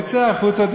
תצא החוצה,